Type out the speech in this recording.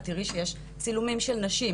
את תראי שיש צילומים של נשים,